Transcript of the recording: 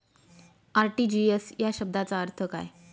RTGS या शब्दाचा अर्थ काय?